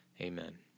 amen